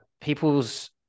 people's